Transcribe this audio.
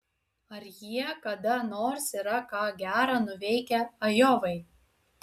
ar jie kada nors yra ką gera nuveikę ajovai